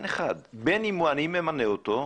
הנתונים נלקחו מאתר המועצה,